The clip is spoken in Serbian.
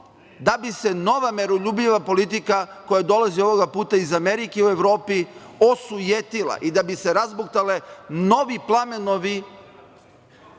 da bi se nova miroljubiva politika koja dolazi ovoga puta iz Amerike u Evropi osujetila i da bi se razbuktali novi plamenovi